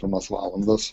pirmas valandas